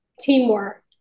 teamwork